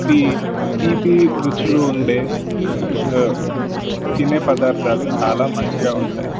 తీ తీపి రుచులు ఉండే తినే పదార్థాలు చాలా మంచిగా ఉంటాయి